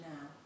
now